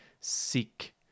seek